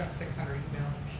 six hundred emails.